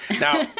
now